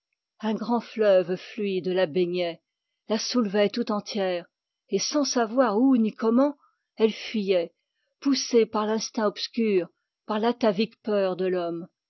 rapides un fleuve fluide la baignait la soulevait tout entière et sans savoir où ni comment elle fuyait poussée par l'atavique peur de l'homme